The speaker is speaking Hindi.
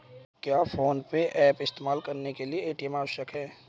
क्या फोन पे ऐप इस्तेमाल करने के लिए ए.टी.एम आवश्यक है?